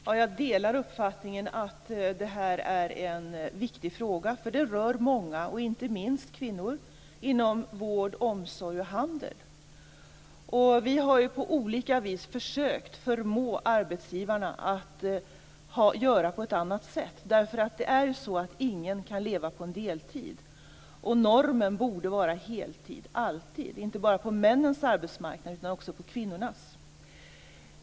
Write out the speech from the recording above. Fru talman! Jag delar uppfattningen att det här är en viktig fråga, som rör många, inte minst kvinnor, inom vård, omsorg och handel. Vi har på olika vis försökt förmå arbetsgivarna att göra på ett annat sätt, därför att ingen kan leva på en deltid. Normen borde alltid vara heltid, inte bara på männens arbetsmarknad utan också på kvinnornas.